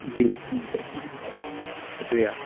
جی شکریہ